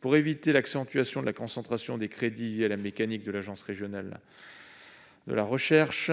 Pour éviter l'accentuation de la concentration des crédits liée à la mécanique de l'Agence nationale de la recherche,